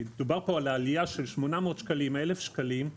דובר פה על עלייה של 800 שקלים, 1,000 שקלים.